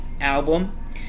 album